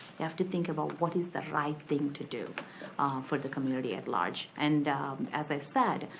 you have to think about what is the right thing to do for the community at large. and as i said,